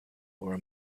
were